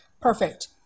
Perfect